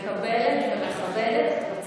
מקבלת ומכבדת.